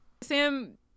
Sam